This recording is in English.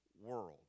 world